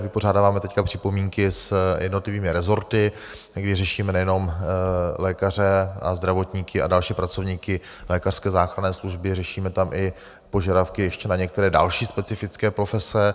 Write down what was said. Vypořádáváme teď připomínky s jednotlivými rezorty, kdy řešíme nejenom lékaře, zdravotníky a další pracovníky lékařské záchranné služby, řešíme tam i požadavky ještě na některé další specifické profese.